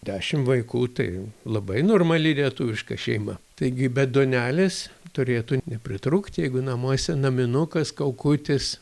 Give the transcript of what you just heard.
dešimt vaikų tai labai normali lietuviška šeima taigi be duonelės turėtų nepritrūkti jeigu namuose naminukas kaukutis